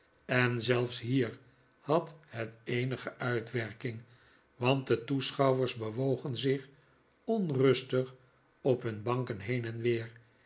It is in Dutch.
en zelfs hier had het eenige uitwerking want de toeschouwers bewogen zich onrustig op hun banken heen en weer